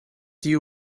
sie